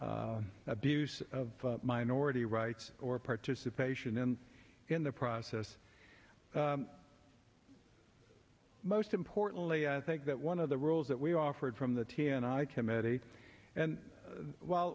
s abuse of minority rights or participation in in the process most importantly i think that one of the rules that we offered from the t n i committee and while